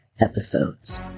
episodes